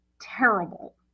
terrible